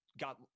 got